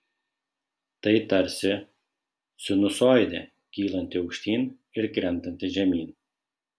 tai tarsi sinusoidė kylanti aukštyn ir krentanti žemyn